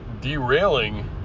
derailing